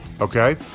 okay